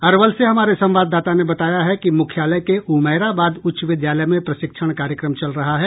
अरवल से हमारे संवाददाता ने बताया कि मुख्यालय के उमैराबाद उच्च विद्यालय में प्रशिक्षण कार्यक्रम चल रहा है